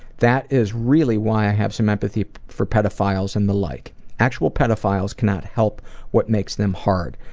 that is really why i have some empathy for pedophiles and the like. actual pedophiles cannot help what makes them hard.